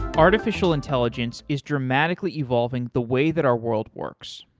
artificial intelligence is dramatically evolving the way that our world works,